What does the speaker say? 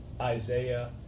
Isaiah